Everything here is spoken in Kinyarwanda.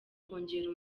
kongera